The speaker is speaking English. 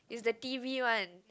is the t_v one